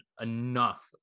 enough